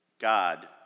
God